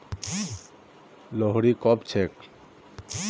लोहड़ी कब छेक